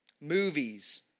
Movies